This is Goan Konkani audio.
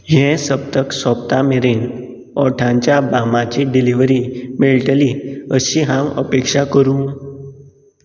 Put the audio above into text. हें सप्तक सोंपता मेरेन ओठांच्या बामाची डिलिव्हरी मेळटली अशी हांव अपेक्षा करूं